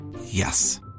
Yes